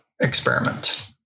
experiment